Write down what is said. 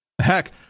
Heck